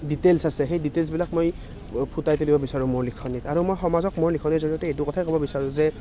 details আছে সেই ডিটেইলছবিলাক মই ফুটাই তুলিব বিচাৰোঁ মোৰ লিখনিত আৰু মই মই সমাজক মোৰ লিখনিৰ জৰিয়তে এইটো কথাই ক'ব বিচাৰোঁ যে